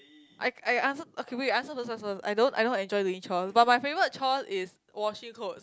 I I I answer okay wait you answer this one first I don't I don't enjoy doing chores but my favourite chore is washing clothes